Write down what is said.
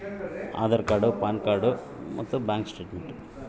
ಸಾಲವನ್ನು ಪಡಿಲಿಕ್ಕೆ ನಾನು ಯಾವ ದಾಖಲೆಗಳನ್ನು ಪುರಾವೆಯಾಗಿ ತೋರಿಸಬೇಕ್ರಿ?